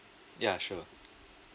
ya sure